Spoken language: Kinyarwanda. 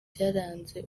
byaranze